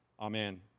Amen